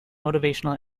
motivational